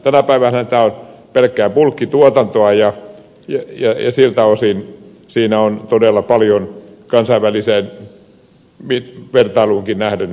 tänä päivänähän tämä on pelkkää bulkkituotantoa ja siltä osin siinä on todella paljon kansainväliseen vertailuunkin nähden kehittämisen varaa